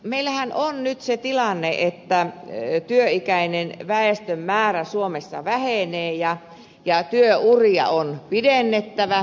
meillähän on nyt se tilanne että työikäisen väestön määrä suomessa vähenee ja työuria on pidennettävä